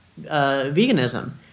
veganism